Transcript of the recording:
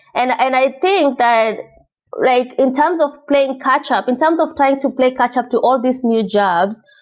and and i think that like in terms of playing catch up, in terms of trying to play catch up to all these new jobs,